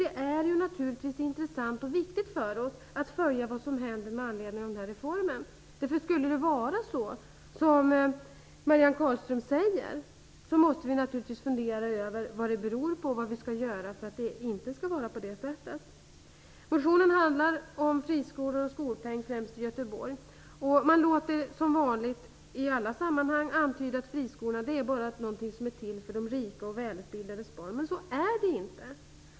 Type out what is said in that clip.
Det är naturligtvis intressant och viktigt för oss att följa vad som händer med anledning av reformen. Om det skulle visa sig vara så som Marianne Carlström säger, måste vi naturligtvis fundera över vad det beror på och vad vi skall göra för att det inte skall vara på det sättet. Motionen handlar om friskolor och skolpeng, främst i Göteborg. Som vanligt i alla sammanhang låter man antyda att friskolorna bara är till för barn till rika och välutbildade föräldrar. Men så är det inte.